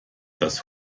dass